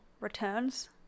returns